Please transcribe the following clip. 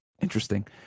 interesting